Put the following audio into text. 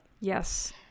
Yes